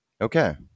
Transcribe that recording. Okay